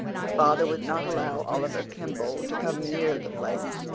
her father would not allow oliver kimball to come near the place